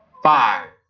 five